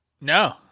No